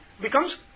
becomes